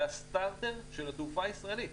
זה הסטרטר של התעופה הישראלית.